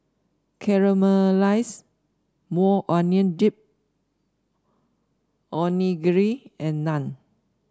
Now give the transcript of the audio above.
Caramelized Maui Onion Dip Onigiri and Naan